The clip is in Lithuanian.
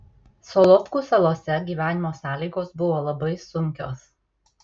solovkų salose gyvenimo sąlygos buvo labai sunkios